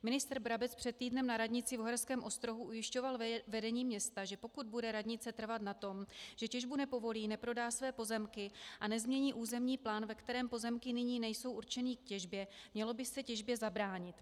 Ministr Brabec před týdnem na radnici v Uherském Ostrohu ujišťoval vedení města, že pokud bude radnice trvat na tom, že těžbu nepovolí, neprodá své pozemky a nezmění územní plán, ve kterém pozemky nyní nejsou určeny k těžbě, mělo by se těžbě zabránit.